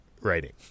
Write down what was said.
writing